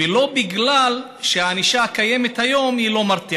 כמובן ששאר האזרחים ישרי הדרך לא יכולים לישון